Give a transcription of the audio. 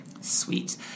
Sweet